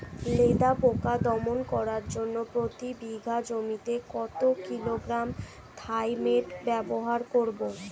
লেদা পোকা দমন করার জন্য প্রতি বিঘা জমিতে কত কিলোগ্রাম থাইমেট ব্যবহার করব?